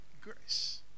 Grace